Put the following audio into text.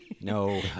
No